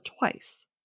twice